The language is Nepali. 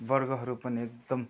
वर्गहरू पनि एकदम